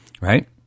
right